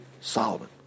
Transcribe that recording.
Solomon